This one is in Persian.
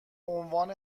عنوان